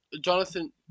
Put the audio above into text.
Jonathan